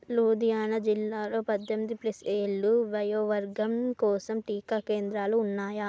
లూదియానా జిల్లాలో పద్దెనిమిది ప్లస్ ఏళ్లు వయోవర్గం కోసం టీకా కేంద్రాలు ఉన్నాయా